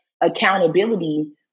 accountability